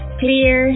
clear